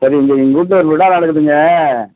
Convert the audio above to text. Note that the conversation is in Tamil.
சரி எங்கள் எங்கள் வீட்டுல ஒரு விழா நடக்குதுங்க